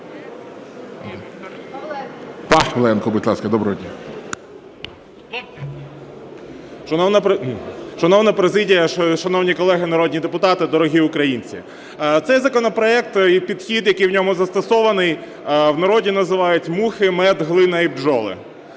Шановна президія, шановні колеги народні депутати, дорогі українці. Цей законопроект і підхід, який в ньому застосований, у народі називають "мухи, мед, глина і бджоли".